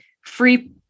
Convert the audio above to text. free